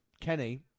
Kenny